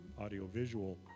audiovisual